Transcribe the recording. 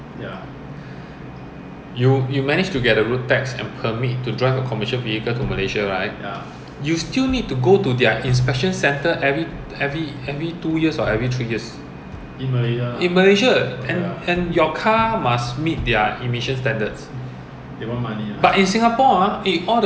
我不管 so double standard singapore I mean if you want to enforce something for singapore please do it for all the incoming as well we are not targeting about malaysia but the same thing if U_S import one car come in please lah also enforce the same standard lah right we don't talk about malaysia indonesia or thailand but it's the same to everyone